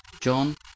John